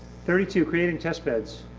thirty two, creating testbeds.